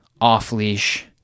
off-leash